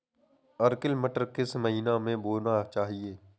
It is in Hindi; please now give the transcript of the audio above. अर्किल मटर किस महीना में बोना चाहिए?